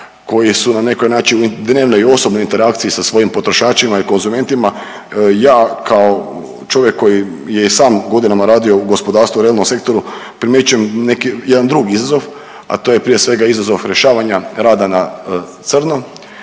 koji su na neki način u dnevnoj i osobnoj interakciji sa svojim potrošačima i konzumentima, ja kao čovjek koji je i sam godinama radio u gospodarstvu u realnom sektoru primjećujem jedan drugi izazov, a to je prije svega izazov rješavanja rada na crno,